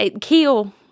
kill